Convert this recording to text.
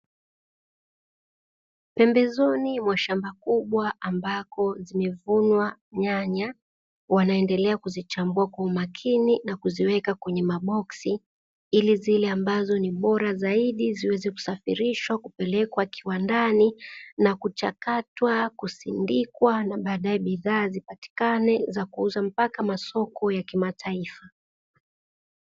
Pembezoni mwa shamba kubwa ambako zimevunwa nyanya wanaendelea kuzichambua kwa umakini na kuziweka kwenye maboksi ili zile ambazo ni bora zaidi ziweze kusafirishwa kupelekwa kiwandani na kuchakatwa, kusindikwa na badae bidhaa zipatikane za kuuzwa mpaka masoko ya kimataifa.